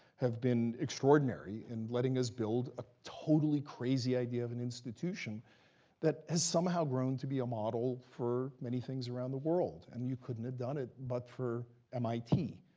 have been extraordinary in letting us build a totally crazy idea of an institution that has somehow grown to be a model for many things around the world. and you couldn't have done it, but for mit.